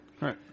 Right